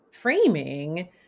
framing